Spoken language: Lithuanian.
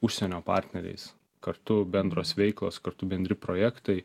užsienio partneriais kartu bendros veiklos kartu bendri projektai